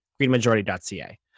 greenmajority.ca